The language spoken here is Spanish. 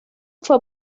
fue